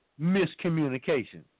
miscommunication